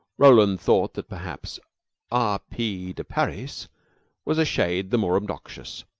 roland thought that perhaps r. p. de parys was a shade the more obnoxious,